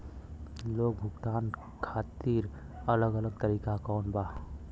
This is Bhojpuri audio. लोन भुगतान खातिर अलग अलग तरीका कौन बा?